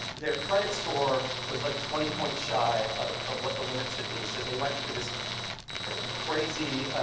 their credit score was like twenty points shy of of what the limit should be. so they went through this crazy,